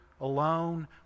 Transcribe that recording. alone